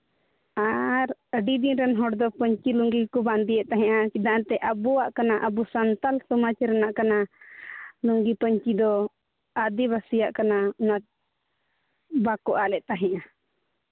ᱟᱨ ᱟᱹᱰᱤ ᱫᱤᱱ ᱨᱮᱱ ᱦᱚᱲ ᱫᱚ ᱯᱟᱹᱧᱪᱤ ᱞᱩᱝᱜᱤ ᱜᱮᱠᱚ ᱵᱟᱸᱫᱮᱭᱮᱫ ᱛᱟᱦᱮᱱᱟ ᱪᱮᱫᱟᱜ ᱥᱮ ᱮᱱᱛᱮᱫ ᱟᱵᱚᱣᱟᱜ ᱠᱟᱱᱟ ᱟᱵᱚ ᱥᱟᱱᱛᱟᱲ ᱥᱚᱢᱟᱡᱽ ᱨᱮᱱᱟᱜ ᱠᱟᱱᱟ ᱞᱩᱝᱜᱤ ᱯᱟᱹᱧᱪᱤ ᱫᱚ ᱟᱹᱫᱤᱵᱟᱹᱥᱤᱭᱟᱜ ᱠᱟᱱᱟ ᱵᱟᱠᱚ ᱟᱫ ᱮᱫ ᱛᱟᱦᱮᱸᱫᱼᱟ